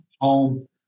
home